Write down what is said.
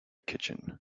kitchen